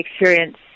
experience